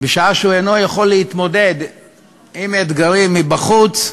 בשעה שהוא אינו יכול להתמודד עם אתגרים מבחוץ,